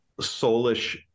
soulish